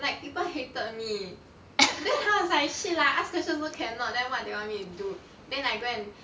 like people hated me then hor I was like shit lah ask question also cannot then what they want me to do then I go and